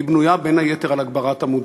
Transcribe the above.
היא בנויה, בין היתר, על הגברת המודעות.